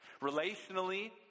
Relationally